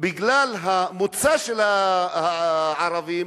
בגלל המוצא של הערבים,